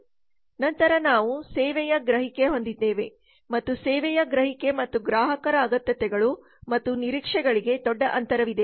ನಂತರ ನಾವು ಸೇವೆಯ ಗ್ರಹಿಕೆ ಹೊಂದಿದ್ದೇವೆ ಮತ್ತು ಸೇವೆಯ ಗ್ರಹಿಕೆ ಮತ್ತು ಗ್ರಾಹಕರ ಅಗತ್ಯತೆಗಳು ಮತ್ತು ನಿರೀಕ್ಷೆಗಳಿಗೆ ದೊಡ್ಡ ಅಂತರವಿದೆ